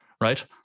right